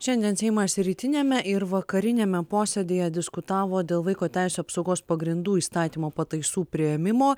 šiandien seimas rytiniame ir vakariniame posėdyje diskutavo dėl vaiko teisių apsaugos pagrindų įstatymo pataisų priėmimo